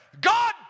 God